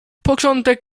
początek